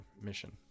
mission